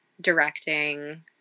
directing